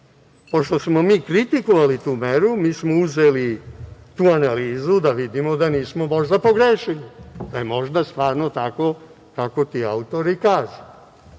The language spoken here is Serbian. mera. Pošto smo mi kritikovali tu meru, mi smo uzeli tu analizu, da vidimo da nismo možda pogrešili, da je možda stvarno tako kako ti autori kažu